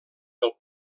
del